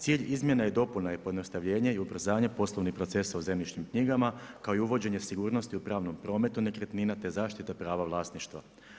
Cilj izmjena i dopuna je pojednostavljenje i ubrzanje poslovnih procesa u zemljišnim knjigama kao i uvođenje sigurnosti u pravnom prometu nekretnina te zaštita prava vlasništva.